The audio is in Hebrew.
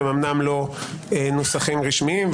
הם אומנם לא נוסחים רשמיים,